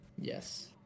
yes